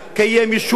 קיים יישוב,